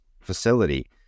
facility